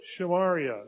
Shamaria